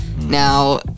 Now